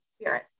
spirit